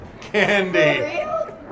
Candy